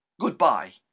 Goodbye